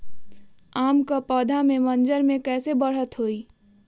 आम क पौधा म मजर म कैसे बढ़त होई?